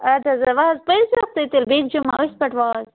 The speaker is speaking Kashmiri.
اَدٕ حظ ولہٕ پٔرزِہوکھ تیٚلہِ تُہۍ بیٚکہِ جمعہ أتھۍ پٮ۪ٹھ وعظ